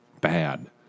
bad